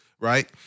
right